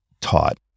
taught